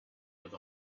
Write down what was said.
with